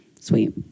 sweet